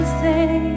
say